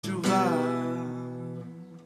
תשובה